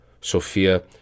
Sophia